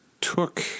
took